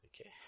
Okay